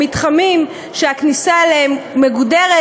למתחמים שהכניסה אליהם מגודרת,